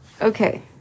Okay